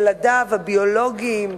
ילדיו הביולוגיים,